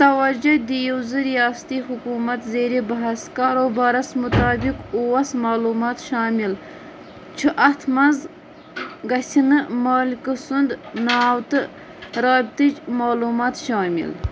توجہ دِیِو زٕ رِیاستی حکوٗمت زیرِ بہس کاروبارس مُطابِق اوس معلوٗمات شامِل چھُ اتھ منٛز گژھِنہٕ مٲلکہٕ سُنٛد ناو تہٕ رٲبطٕچ معلوٗمات شٲمِل